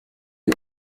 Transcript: you